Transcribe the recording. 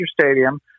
Stadium